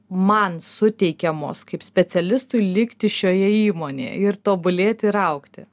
man suteikiamos kaip specialistui likti šioje įmonėje ir tobulėti ir augti